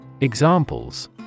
Examples